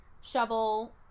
shovel